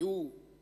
הן היו ערביות,